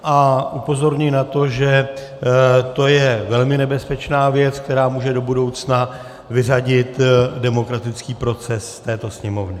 A upozorňuji na to, že to je velmi nebezpečná věc, která může do budoucna vyřadit demokratický proces z této Sněmovny.